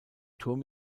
turm